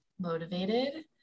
motivated